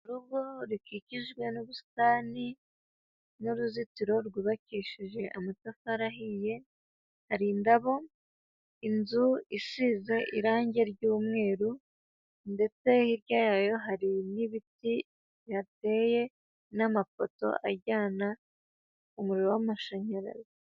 Urugo rukikijwe n'ubusitani n'uruzitiro rwubakishije amatafari ahiye, hari indamo, inzu isize irangi ry'umweru ndetse hirya yayo hari n'ibiti bihateye n'amafoto ajyana umuriro w'amashanyarazi.